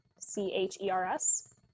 C-H-E-R-S